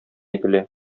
ителә